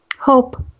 hope